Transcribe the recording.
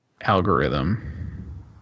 algorithm